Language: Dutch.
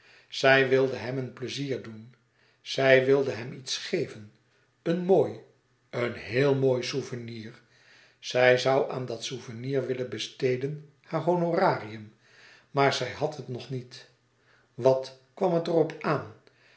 zij wilde hem een pleizier doen zij wilde hem iets geven een mooi een heel mooi souvenir zij zoû aan dat souvenir willen besteden haar honorarium maar zij had het nog niet wat kwam het er op aan